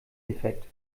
defekt